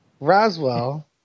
Roswell